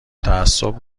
تعصب